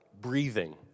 breathing